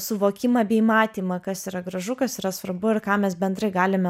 suvokimą bei matymą kas yra gražu kas yra svarbu ir ką mes bendrai galime